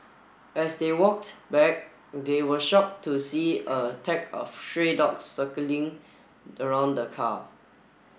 as they walked back they were shocked to see a pack of stray dogs circling around the car